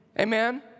Amen